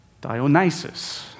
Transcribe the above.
Dionysus